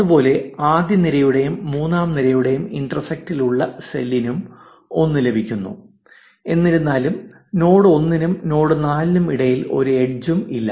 അതുപോലെ ആദ്യ നിരയുടെയും മൂന്നാം നിരയുടെയും ഇന്റർസെക്റ്റ് ലുള്ള സെല്ലിനും 1 ലഭിക്കുന്നു എന്നിരുന്നാലും നോഡ് 1 നും നോഡ് 4 നും ഇടയിൽ ഒരു എഡ്ജും ഇല്ല